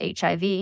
HIV